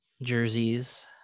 jerseys